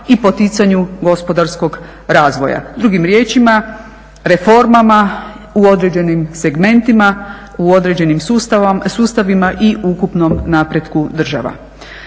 i poticanju gospodarskog razvoja. Drugim riječima, reformama u određenim segmentima u određenim sustavima i ukupnom napretku država.